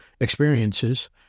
experiences